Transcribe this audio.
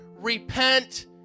Repent